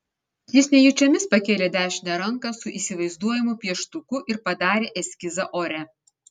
jis nejučiomis pakėlė dešinę ranką su įsivaizduojamu pieštuku ir padarė eskizą ore